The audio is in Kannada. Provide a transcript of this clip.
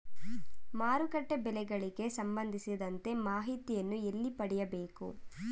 ಮಾರುಕಟ್ಟೆ ಬೆಲೆಗಳಿಗೆ ಸಂಬಂಧಿಸಿದಂತೆ ಮಾಹಿತಿಯನ್ನು ಎಲ್ಲಿ ಪಡೆಯಬೇಕು?